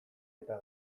eta